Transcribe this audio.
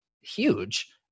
huge